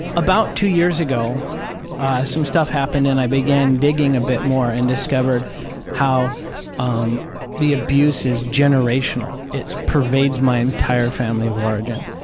about two years ago ah some stuff happened and i began digging a bit more and discovered how um the abuse is generational. it pervades my entire family of origin.